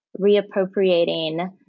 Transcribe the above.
reappropriating